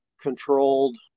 controlled